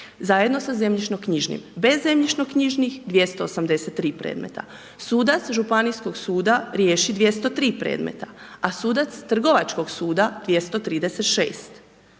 zajedno sa zemljišno-knjižnim. Bez zemljišno knjižnih, 283 predmeta. Sudac županijskog suda riješi 203 predmeta, a sudac trgovačkog suda 236